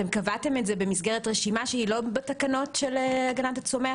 אתם קבעתם את זה במסגרת רשימה שהיא לא בתקנות של הגנת הצומח?